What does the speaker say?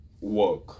work